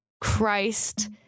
Christ